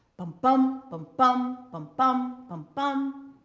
pum pum, pum pum, pum pum, pum pum.